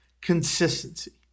Consistency